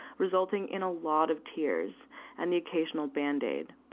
resulting in a lot of tears and the occasional band-aid.